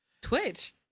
Twitch